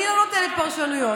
אני לא נותנת פרשנויות,